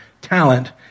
talent